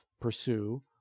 pursue